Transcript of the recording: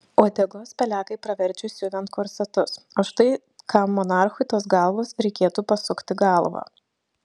uodegos pelekai praverčia siuvant korsetus o štai kam monarchui tos galvos reikėtų pasukti galvą